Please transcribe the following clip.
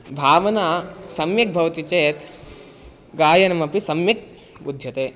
भावना सम्यक् भवति चेत् गायनमपि सम्यक् बुध्यते